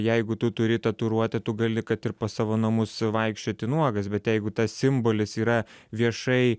jeigu tu turi tatuiruotę tu gali kad ir po savo namus vaikščioti nuogas bet jeigu tas simbolis yra viešai